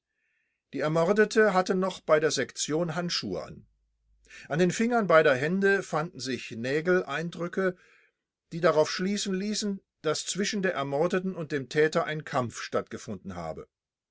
die ermordete hatte noch bei der sektion handschuhe an an den fingern beider hände fanden sich nägeleindrücke die darauf schließen lassen daß zwischen der ermordeten und dem täter ein kampf stattgefunden habe